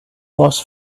was